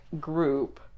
group